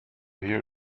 hear